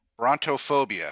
brontophobia